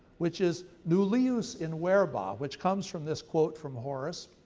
which is nullius in verba, which comes from this quote from horace,